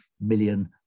million